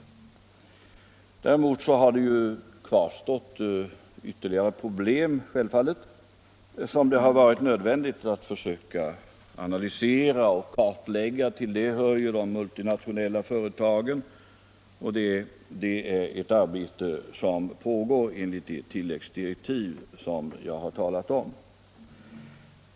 Däremot har det kvarstått ytterligare problem som det självfallet har varit nödvändigt att försöka analysera och kartlägga. Till dem hör de multinationella företagen. Arbetet därmed pågår enligt de tilläggsdirektiv som jag talade om.